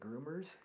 groomers